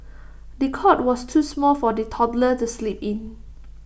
the cot was too small for the toddler to sleep in